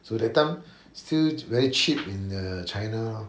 so that time still very cheap in uh china lor